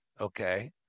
Okay